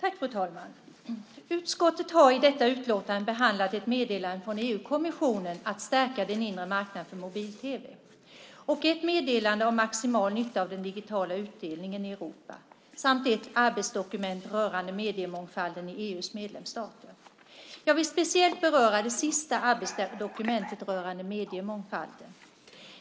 Fru talman! Utskottet har i detta utlåtande behandlat ett meddelande från EU-kommissionen om att stärka den inre marknaden för mobil-tv och ett meddelande om maximal nytta av den digitala utbildningen i Europa samt ett arbetsdokument rörande mediemångfalden i EU:s medlemsstater. Jag vill speciellt beröra det sista, arbetsdokumentet rörande mediemångfalden.